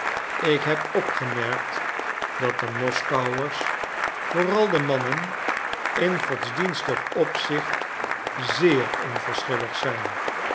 ik heb opgemerkt dat de moskouers vooral de mannen in godsdienstig opzicht zeer onverschillig zijn